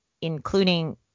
including